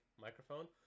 microphone